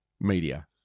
media